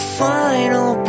final